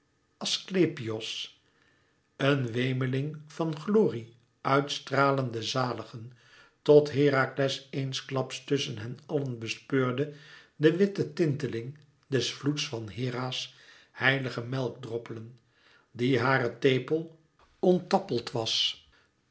asklepios een wemeling van glorie uitstralende zaligen tot herakles eensklaps tusschen hen allen bespeurde de witte tinteling des vloeds van hera's heilige melkdroppelen die haren tepel